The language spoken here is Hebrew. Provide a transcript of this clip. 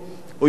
לא רוצה.